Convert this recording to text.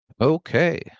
Okay